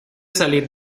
salir